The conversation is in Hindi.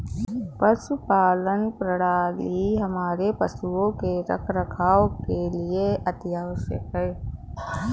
पशुपालन प्रणाली हमारे पशुओं के रखरखाव के लिए अति आवश्यक है